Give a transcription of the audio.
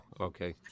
Okay